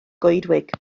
goedwig